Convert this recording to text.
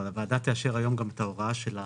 אבל הוועדה תאשר היום גם את ההוראה של הרטרו.